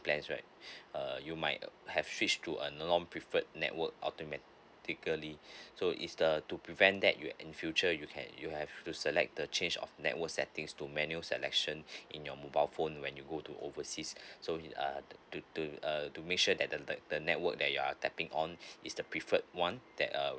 plans right uh you might have switch to a more preferred network automatically so is the to prevent that you're in future you can you have to select the change of network settings to menu selection in your mobile phone when you go to overseas so in uh to to uh to make sure that the the network that you're tapping on is the preferred one that uh